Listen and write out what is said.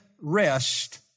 rest